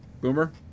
Boomer